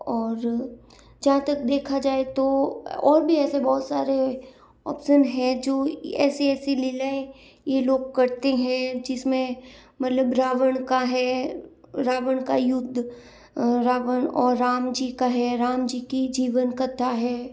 और जहाँ तक देखा जाय तो और भी ऐसे बहुत सारे ऑप्सन हैं जो ऐसी ऐसी लीलाएं ये लोग करते हैं जिस में मतलब रावण का है रावण का युद्ध रावण और राम जी का है राम जी की जीवन कथा है